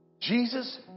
Jesus